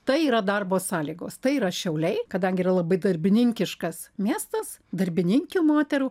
tai yra darbo sąlygos tai yra šiauliai kadangi yra labai darbininkiškas miestas darbininkių moterų